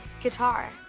Guitar